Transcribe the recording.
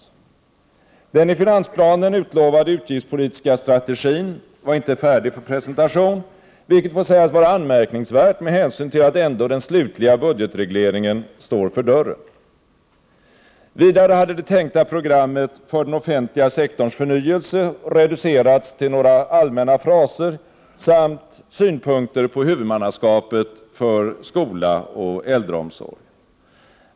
Den i finansplanen utlovade utgiftspolitiska strategin var inte färdig för presentation, vilket får sägas vara anmärkningsvärt med hänsyn till att ändå den slutliga budgetregleringen står för dörren. Vidare hade det tänkta programmet för den offentliga sektorns förnyelse reducerats till några allmänna fraser samt synpunkter på huvudmannaskapet för skola och äldreomsorg.